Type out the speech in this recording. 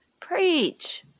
Preach